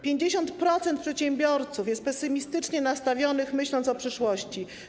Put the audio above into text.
50% przedsiębiorców jest pesymistycznie nastawionych, myśląc o przyszłości.